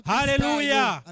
Hallelujah